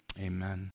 Amen